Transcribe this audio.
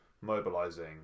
mobilizing